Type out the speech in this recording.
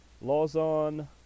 Lawson